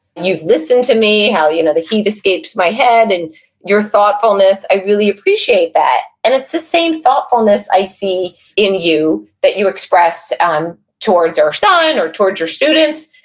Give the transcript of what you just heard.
you've listened to me, how you know the heat escapes my head, and your thoughtfulness, i really appreciate that. and it's the same thoughtfulness i see in you, that you express um towards our son, or towards your students.